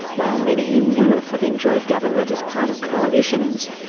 while many in europe have enjoyed government as part of coalitions.